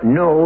no